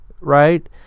right